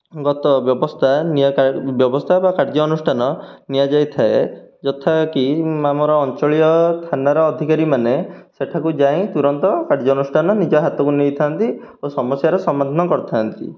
ଗତ ବ୍ୟବସ୍ଥା ନ୍ୟାୟ ବ୍ୟବସ୍ଥା ବା କାର୍ଯ୍ୟାନୁଷ୍ଠାନ ନିଆଯାଇଥାଏ ଯଥା କି ଆମର ଅଞ୍ଚଳୀୟ ଥାନାର ଅଧିକାରୀମାନେ ସେଠାକୁ ଯାଇ ତୁରନ୍ତ କାର୍ଯ୍ୟାନୁଷ୍ଠାନ ନିଜ ହାତକୁ ନେଇଥାନ୍ତି ଓ ସମସ୍ୟାର ସମାଧାନ କରିଥାନ୍ତି